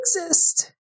exist